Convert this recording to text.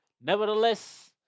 Nevertheless